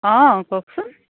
অঁ কওকচোন